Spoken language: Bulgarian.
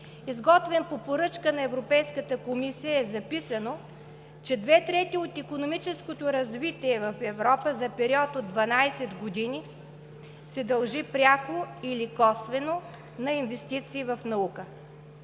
изготвен по поръчка на Европейската комисия, е записано, че две трети от икономическото развитие в Европа за период от 12 години се дължи пряко или косвено на инвестиции в наука.